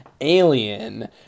Alien